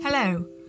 Hello